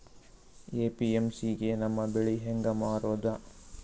APMC ಗೆ ನಮ್ಮ ಬೆಳಿ ಹೆಂಗ ಮಾರೊದ?